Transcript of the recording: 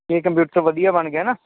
ਜੇ ਕੰਪਿਊਟਰ ਵਧੀਆ ਬਣ ਗਿਆ ਨਾ